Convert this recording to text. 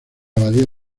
abadía